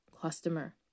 customer